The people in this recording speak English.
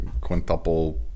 Quintuple